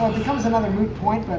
becomes another moot point.